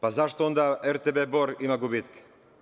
Pa, zašto onda RTB Bor ima onda gubitke?